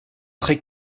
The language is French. très